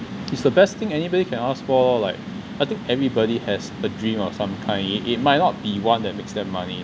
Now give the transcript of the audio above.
it's the best thing anybody can ask for lor like I think everybody has a dream or some kind it might not be one that makes them money